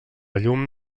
llum